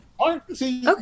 okay